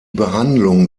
behandlung